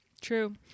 True